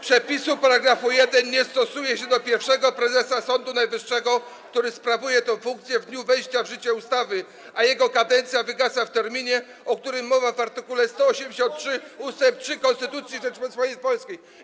Przepisu § 1 nie stosuje się do pierwszego prezesa Sądu Najwyższego, który sprawuje tę funkcję w dniu wejścia w życie ustawy, a jego kadencja wygasa w terminie, o którym mowa w art. 183 ust. 3 Konstytucji Rzeczypospolitej Polskiej.